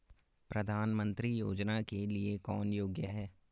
प्रधानमंत्री योजना के लिए कौन योग्य है?